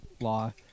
law